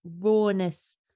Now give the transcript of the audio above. rawness